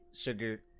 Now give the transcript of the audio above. sugar